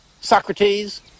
Socrates